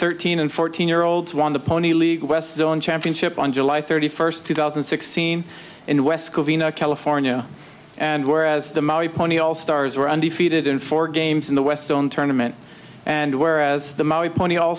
thirteen and fourteen year olds won the pony league west zone championship on july thirty first two thousand and sixteen in west covina california and whereas the maui pony all stars were undefeated in four games in the west zone tournaments and whereas the pony all